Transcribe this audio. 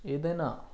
ఏదైనా